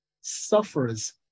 suffers